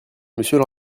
monsieur